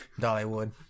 Dollywood